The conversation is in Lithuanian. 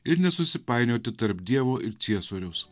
ir nesusipainioti tarp dievo ir ciesoriaus